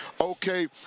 okay